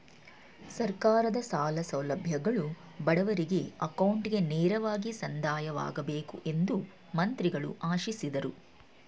ಸರ್ಕಾರದ ಸಾಲ ಸೌಲಭ್ಯಗಳು ಬಡವರಿಗೆ ಅಕೌಂಟ್ಗೆ ನೇರವಾಗಿ ಸಂದಾಯವಾಗಬೇಕು ಎಂದು ಮಂತ್ರಿಗಳು ಆಶಿಸಿದರು